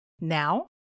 Now